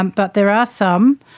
um but there are some.